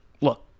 Look